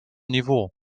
niveau